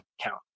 count